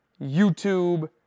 YouTube